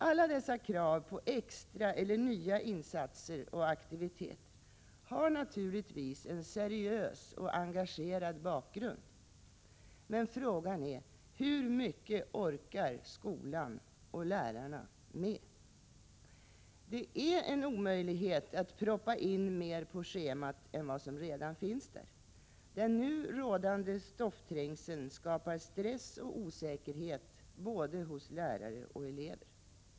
Alla dessa krav på extra eller nya insatser och aktiviteter har naturligtvis en seriös och engagerad bakgrund. Men frågan är: Hur mycket orkar skolan och lärarna med? Det är en omöjlighet att proppa in mer på schemat än vad som redan finns där. Den nu rådande stoffträngseln skapar stress och osäkerhet hos både lärare och elever.